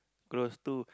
close two